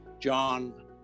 John